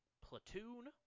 platoon